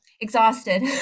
exhausted